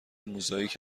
موزاییک